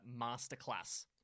Masterclass